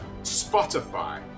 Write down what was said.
Spotify